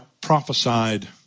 prophesied